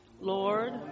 Lord